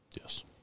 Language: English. Yes